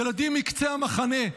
ילדים מקצה המחנה,